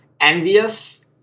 Envious